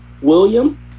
William